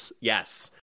Yes